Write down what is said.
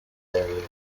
community